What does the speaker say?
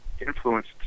influenced